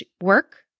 work